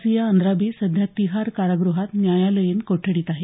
असिया आंद्राबी सध्या तिहार कारागृहात न्यायालयीन कोठडीत आहे